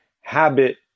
habit